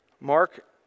Mark